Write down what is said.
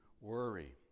worry